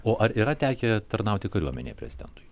o ar yra tekę tarnauti kariuomenėj prezidentui